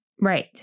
Right